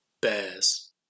Bears